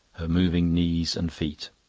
her moving knees and feet.